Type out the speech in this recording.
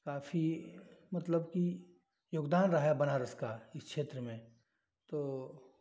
काफ़ी मतलब कि योगदान रहा बनारस का इस क्षेत्र में तो